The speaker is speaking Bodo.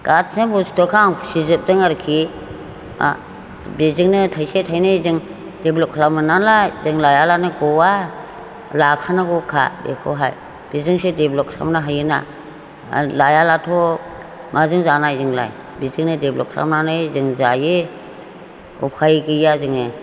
गाथसिन बुस्थुखौ आं फिजोबदों आरोखि बेजोंनो थाइसे थाइनै जों डेभेलप खालामोनालाय जों लायालानो गवा लाखानांगौखा बेखौहाय बेजोंसो डेभेलप खालामनो हायोना आरो लायाब्लाथ' माजों जानाय जोंलाय बेजोंनो जों डेभेलप खालामनानै जों जायो उफाय गैया जोङो